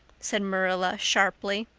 said marilla sharply.